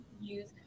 use